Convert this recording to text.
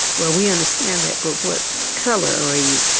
well, we understand that. but what color are you?